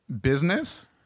business